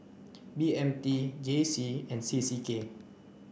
B M T J C and C C K